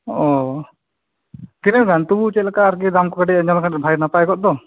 ᱛᱤᱱᱟᱜ ᱜᱟᱱ ᱛᱩᱵᱩ ᱪᱮᱫ ᱞᱮᱠᱟ ᱟᱨᱠᱤ ᱫᱟᱢ ᱠᱚ ᱠᱟᱹᱴᱤᱡ ᱟᱡᱚᱢ ᱞᱮᱠᱷᱟᱱ ᱵᱷᱟᱜᱮ ᱱᱟᱯᱟᱭ ᱠᱚᱜ ᱫᱚ